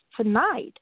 tonight